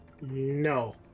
No